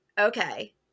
Okay